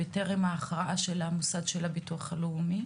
בטרם ההכרעה של המוסד לביטוח לאומי.